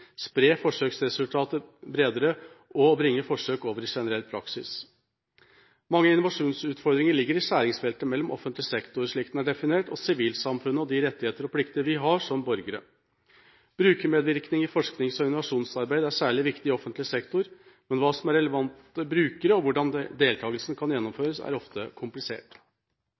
generell praksis. Mange innovasjonsutfordringer ligger i skjæringsfeltet mellom offentlig sektor, slik den er definert, og sivilsamfunnet og de rettigheter og plikter vi har som borgere. Brukermedvirkning i forsknings- og innovasjonsarbeid er særlig viktig i offentlig sektor, men hvem som er relevante brukere og hvordan deltakelsen kan gjennomføres, er ofte komplisert.